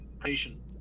patient